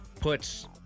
puts